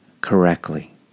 correctly